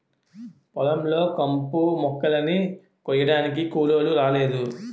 పొలం లో కంపుమొక్కలని కొయ్యడానికి కూలోలు రాలేదు